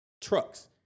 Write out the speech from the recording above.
trucks